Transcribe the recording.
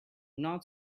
not